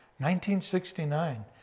1969